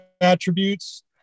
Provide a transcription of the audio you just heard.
attributes